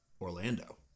orlando